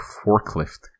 forklift